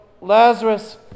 Lazarus